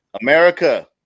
America